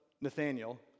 Nathaniel